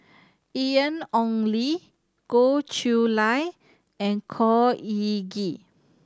Ian Ong Li Goh Chiew Lye and Khor Ean Ghee